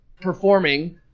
performing